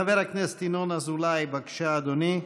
חבר הכנסת ינון אזולאי, בבקשה, אדוני,